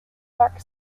dark